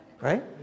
Right